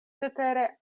cetere